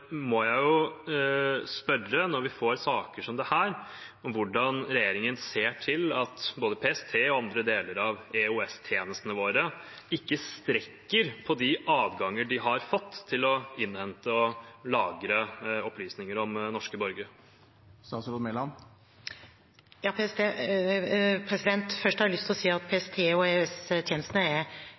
må jeg spørre: Når vi får saker som dette, hvordan ser regjeringen til at både PST og andre deler av EOS-tjenestene våre ikke strekker på de adganger de har fått til å innhente og lagre opplysninger om norske borgere? Først har jeg lyst til å si at PST og